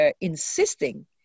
insisting